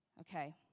Okay